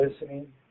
listening